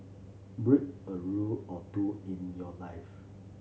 break a rule or two in your life